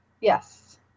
Yes